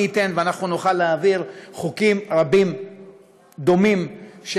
מי ייתן ואנחנו נוכל להעביר חוקים דומים רבים,